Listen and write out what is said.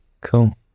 cool